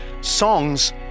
songs